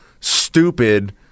stupid